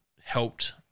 helped